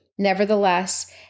Nevertheless